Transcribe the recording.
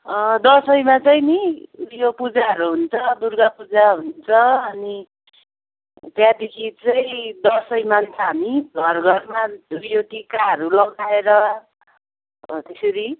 दसैँमा चाहिँ नि यो पूजाहरू हुन्छ दुर्गा पूजा हुन्छ अनि त्यहाँदेखि चाहिँ दसैँमा चाहिँ हामी घर घरमा उयो टिकाहरू लगाएर हो त्यसेरी